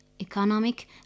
economic